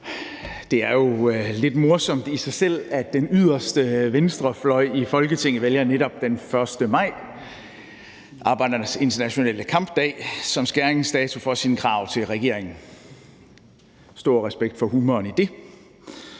Det er jo lidt morsomt i sig selv, at den yderste venstrefløj i Folketinget vælger netop den 1. maj, arbejdernes internationale kampdag, som skæringsdato for sine krav til regeringen – stor respekt for humoren i det.